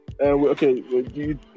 Okay